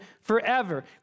forever